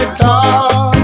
talk